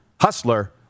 Hustler